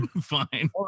fine